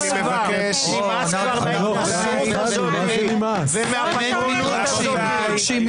נמאס כבר מההתנשאות הזאת ומהפטרונות הזאת.